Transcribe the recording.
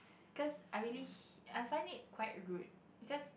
cause I really h~ I find it quite rude because